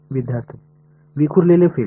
विद्यार्थीः विखुरलेले फील्ड